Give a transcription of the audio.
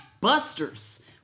busters